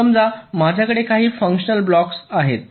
समजा माझ्याकडे काही फंक्शनल ब्लॉक्स आहेत त्याला F1 म्हणा